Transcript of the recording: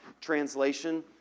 Translation